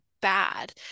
bad